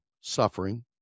suffering